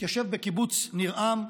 התיישבו בקיבוץ ניר עם,